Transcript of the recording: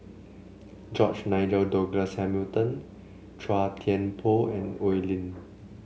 George Nigel Douglas Hamilton Chua Thian Poh and Oi Lin